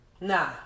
Nah